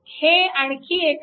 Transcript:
हे आणखी एक आहे